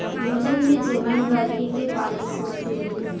भूजल में जमीन बरखे के पानी सोखेले